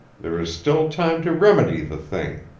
there is still time to remedy the thing.